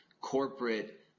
corporate